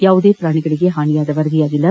ಯಾವುದೇ ಪ್ರಾಣಿಗಳಿಗೆ ಹಾನಿಯಾದ ವರದಿಯಾಗಿಲ್ಲ